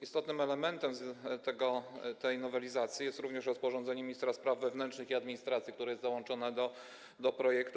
Istotnym elementem tej nowelizacji jest również rozporządzenie ministra spraw wewnętrznych i administracji, które jest załączone do projektu.